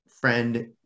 friend